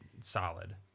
solid